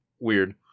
weird